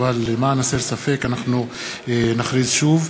אבל למען הסר ספק אנחנו נכריז שוב.